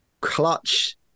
clutch